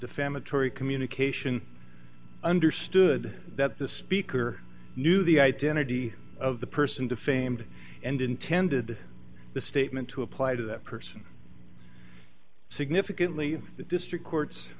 defamatory communication understood that the speaker knew the identity of the person defamed and intended the statement to apply to that person significantly the district court